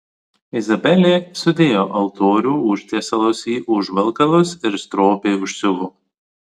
izabelė sudėjo altorių užtiesalus į užvalkalus ir stropiai užsiuvo